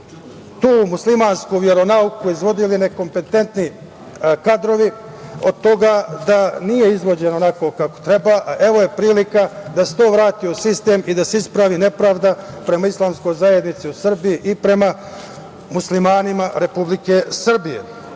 tu muslimansku veronauku vodili nekompetentni kadrovi, od toga na nije izvođeno onako kako treba. Evo prilike da se to vrati u sistem i da se ispravi nepravda prema Islamskoj zajednici u Srbiji i prema muslimanima Republike Srbije. Takođe